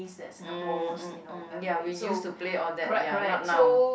mm mm mm ya we used to play all that ya not now